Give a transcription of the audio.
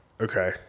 Okay